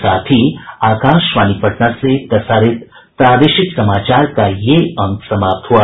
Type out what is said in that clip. इसके साथ ही आकाशवाणी पटना से प्रसारित प्रादेशिक समाचार का ये अंक समाप्त हुआ